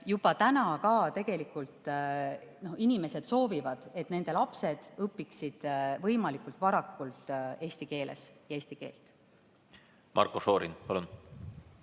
juba praegu inimesed soovivad, et nende lapsed õpiksid võimalikult varakult eesti keeles ja eesti keelt. Marko Šorin, palun!